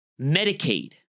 Medicaid